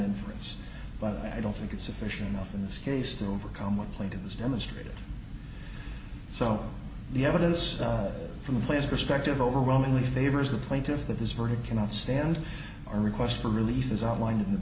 inference but i don't think it's sufficient enough in this case to overcome what plane it was demonstrated so the evidence from the place perspective overwhelmingly favors the plaintiff that this verdict cannot stand or request for relief is outlined in the